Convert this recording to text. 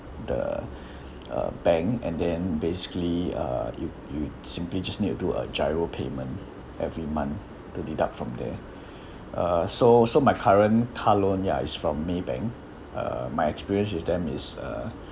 the uh bank and then basically uh you you simply just need to do a giro payment every month to deduct from there uh so so my current car loan ya it's from maybank uh my experience with them is uh